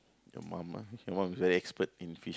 your mama your mom expert in fish